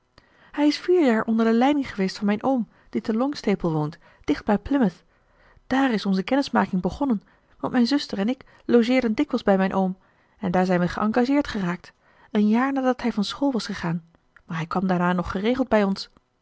hij is vier jaar onder de leiding geweest van mijn oom die te longstaple woont dicht bij plymouth dààr is onze kennismaking begonnen want mijn zuster en ik logeerden dikwijls bij mijn oom en daar zijn we geëngageerd geraakt een jaar nadat hij van school was gegaan maar hij kwam daarna nog geregeld bij ons